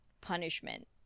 punishment